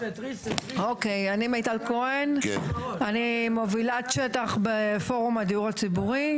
אני מובילת שטח בפורום הדיור הציבורי,